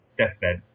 deathbed